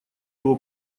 его